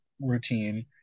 routine